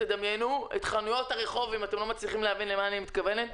תדמיינו את חנויות הרחוב אם אתם לא מצליחים להבין למה אני מתכוונת.